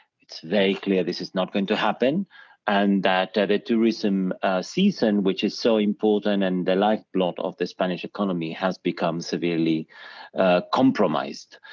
it's very clear this is not going to happen and that the tourism season, which is so important and the like plot of the spanish economy has become severely compromised.